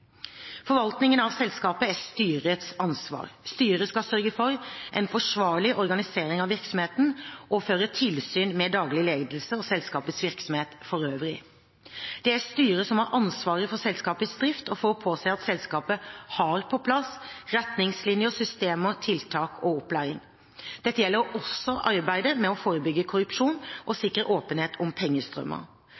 Forvaltningen av selskapet er styrets ansvar. Styret skal sørge for en forsvarlig organisering av virksomheten og føre tilsyn med daglig ledelse og selskapets virksomhet for øvrig. Det er styret som har ansvaret for selskapets drift og for å påse at selskapet har på plass retningslinjer, systemer, tiltak og opplæring. Dette gjelder også arbeidet med å forebygge korrupsjon og